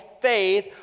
faith